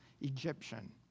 Egyptian